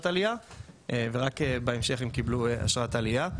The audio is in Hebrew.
עלייה ורק בהמשך הם קיבלו אשרת עלייה.